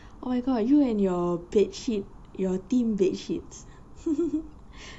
oh my god you and your bedsheet your theme bedsheets